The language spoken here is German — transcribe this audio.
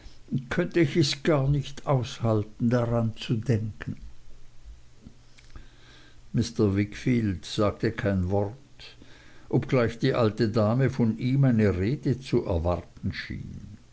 könnte ich es gar nicht aushalten daran zu denken mr wickfield sagte kein wort obgleich die alte dame von ihm eine rede zu erwarten schien